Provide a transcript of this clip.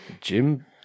Jim